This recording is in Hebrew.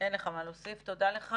תודה לך.